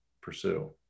pursue